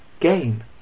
gain